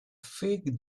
fig